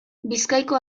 bizkaiko